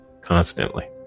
constantly